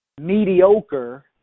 mediocre